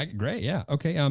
like great, yeah okay, um